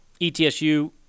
ETSU